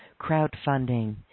crowdfunding